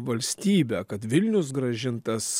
valstybę kad vilnius grąžintas